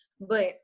But-